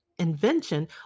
invention